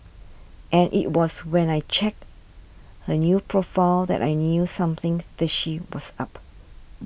and it was when I checked her new profile that I knew something fishy was up